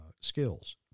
skills